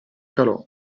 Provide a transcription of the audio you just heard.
calò